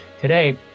today